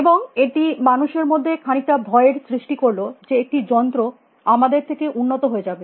এবং এটি মানুষের মধ্যে খানিকটা ভয়ের সৃষ্টি করল যে একটি যন্ত্র আমাদের থেকে উন্নত হয়ে যাবে